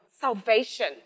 salvation